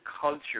culture